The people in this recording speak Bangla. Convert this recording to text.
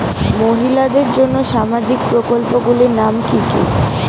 মহিলাদের জন্য সামাজিক প্রকল্প গুলির নাম কি কি?